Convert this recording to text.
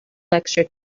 lecture